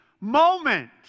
moment